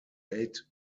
eight